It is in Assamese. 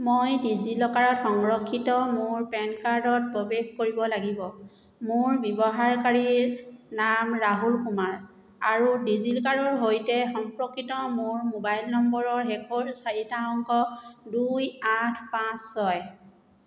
মই ডিজিলকাৰত সংৰক্ষিত মোৰ পেন কাৰ্ডত প্ৰৱেশ কৰিব লাগিব মোৰ ব্যৱহাৰকাৰী নাম ৰাহুল কুমাৰ আৰু ডিজিলকাৰৰ সৈতে সম্পৰ্কিত মোৰ মোবাইল নম্বৰৰ শেষৰ চাৰিটা অংক দুই আঠ পাঁচ ছয়